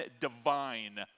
divine